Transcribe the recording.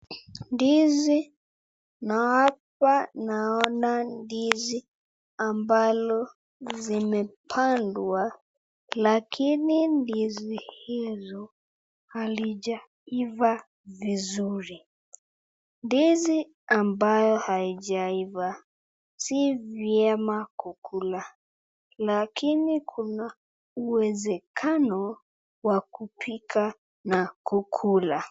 Ndizi na hapa naona ndizi ambalo zimepandwa lakini ndizi hizo halijaiva vizuri. Ndizi ambayo haijaiva si vyema kukula lakini kuna uwezekano wa kupika na kukula.